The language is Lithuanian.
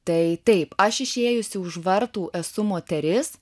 tai taip aš išėjusi už vartų esu moteris